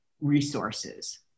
resources